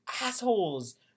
assholes